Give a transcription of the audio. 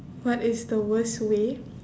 what is the worst way